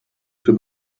zur